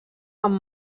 amb